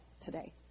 today